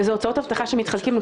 אלו הוצאות אבטחה שמתחלקות בין